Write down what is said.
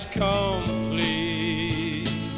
complete